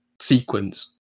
sequence